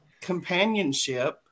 companionship